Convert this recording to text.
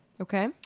Okay